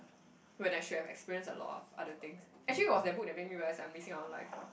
when I should have experienced a lot of other things actually it was that book made me realise I'm missing out on life ah